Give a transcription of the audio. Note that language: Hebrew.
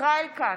ישראל כץ,